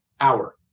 hour